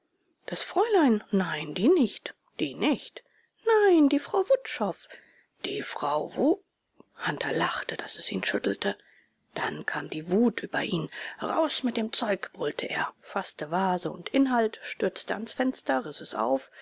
das fräulein nein die nicht die nicht nein die frau wutschow die frau wu hunter lachte daß es ihn schüttelte dann kam die wut über ihn raus mit dem zeug brüllte er faßte vase und inhalt stürzte ans fenster riß es auf